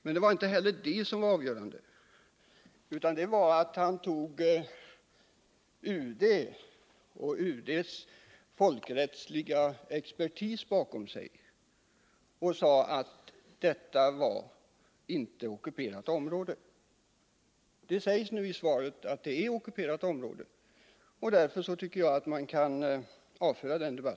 Men det avgörande var inte detta, utan det var att Per Ahlmark sade att han hade stöd av UD och UD:s folkrättsliga expertis när han sade att detta inte var ockuperat område. Nu sägs det i svaret att det handlar om ockuperat område, och därför tycker jag att man kan avföra den frågan.